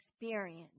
experience